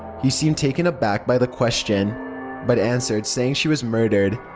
he seemed taken aback by the question but answered saying she was murdered.